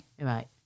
Right